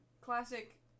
Classic